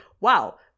wow